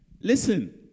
Listen